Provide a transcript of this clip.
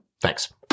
Thanks